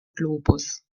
globus